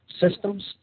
systems